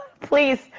Please